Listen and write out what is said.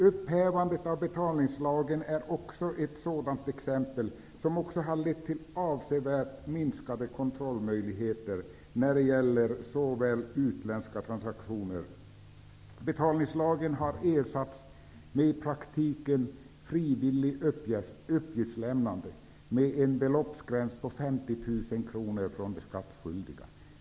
Upphävandet av betalningslagen är också ett sådant exempel. Det har lett till avsevärt minskade kontrollmöjligheter när det gäller utländska transaktioner. Betalningslagen har ersatts med i praktiken frivilligt uppgiftslämnande med en beloppsgräns på 50 000 kr från de skattskyldiga.